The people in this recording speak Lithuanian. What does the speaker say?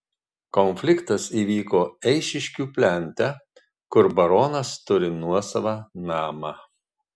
konfliktas įvyko eišiškių plente kur baronas turi nuosavą namą